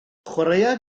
chwaraea